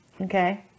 Okay